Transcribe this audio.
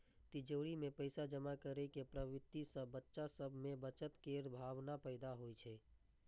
तिजौरी मे पैसा जमा करै के प्रवृत्ति सं बच्चा सभ मे बचत केर भावना पैदा होइ छै